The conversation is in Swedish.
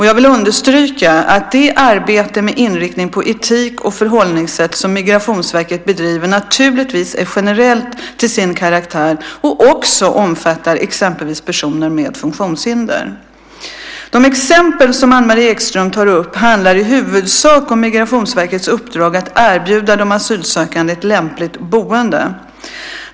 Jag vill understryka att det arbete med inriktning på etik och förhållningssätt som Migrationsverket bedriver naturligtvis är generellt till sin karaktär och också omfattar exempelvis personer med funktionshinder. De exempel som Anne-Marie Ekström tar upp handlar i huvudsak om Migrationsverkets uppdrag att erbjuda de asylsökande ett lämpligt boende.